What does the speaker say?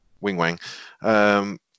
wing-wang